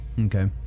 Okay